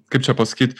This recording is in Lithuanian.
kaip čia pasakyt